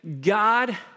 God